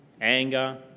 anger